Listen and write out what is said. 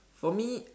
for me